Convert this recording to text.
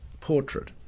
portrait